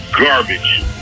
garbage